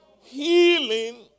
healing